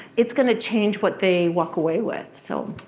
it's gonna change what they walk away with. so